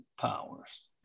powers